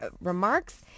remarks